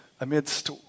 amidst